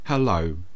Hello